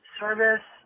service